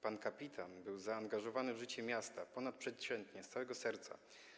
Pan kapitan był zaangażowany w życie miasta ponadprzeciętnie, z całego serca.